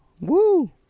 Woo